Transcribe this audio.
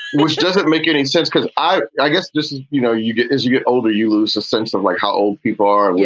which doesn't make any sense because i i guess this is you know, you get as you get older, you lose a sense of like how old people are.